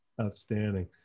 Outstanding